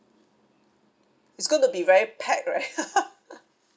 it's going to be very packed right